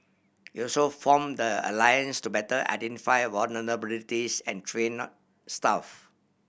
it also form the alliance to better identify vulnerabilities and train staff